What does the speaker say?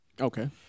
Okay